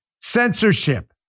censorship